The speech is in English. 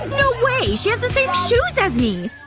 no way! she has the same shoes as me!